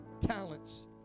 talents